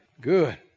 Good